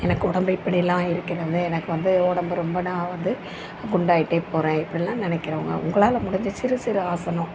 எனக்கு உடம்பு இப்படிலாம் இருக்கிறது எனக்கு வந்து உடம்பு ரொம்ப நான் வந்து குண்டாகிட்டே போகிறேன் இப்படிலாம் நினைக்கிறவங்க உங்களால் முடிஞ்ச சிறு சிறு ஆசனம்